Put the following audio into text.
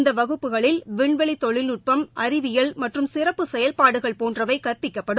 இந்த வகுப்புகளில் விண்வெளி தொழில்நுட்பம் அறிவியல் மற்றும் சிறப்பு செயல்பாடுகள் போன்றவை கற்பிக்கப்படும்